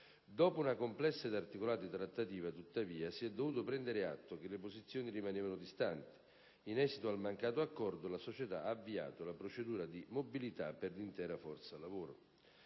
Dopo una complessa ed articolata trattativa, tuttavia, si è dovuto prendere atto che le posizioni rimanevano distanti; in esito al mancato accordo, la società ha avviato la procedura di mobilità per l'intera forza lavoro.